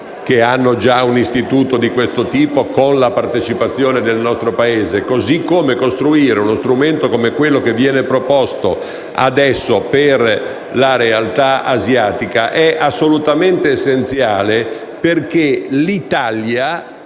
che hanno già un istituto di questo tipo con la partecipazione del nostro Paese - così come costruire uno strumento come quello che viene proposto adesso per la realtà asiatica è assolutamente essenziale perché l'Italia,